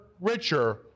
richer